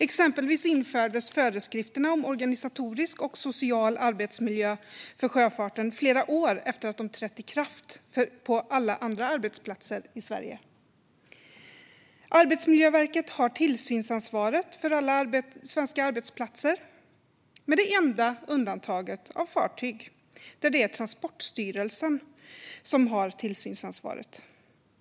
Exempelvis infördes föreskrifterna om organisatorisk och social arbetsmiljö för sjöfarten flera år efter att föreskrifterna trätt i kraft på alla andra arbetsplatser i Sverige. Arbetsmiljöverket har tillsynsansvaret för alla svenska arbetsplatser. Det enda undantaget gäller fartyg, där det är Transportstyrelsen som har tillsynsansvaret.